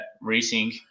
racing